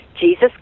Jesus